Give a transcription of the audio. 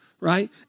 right